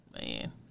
man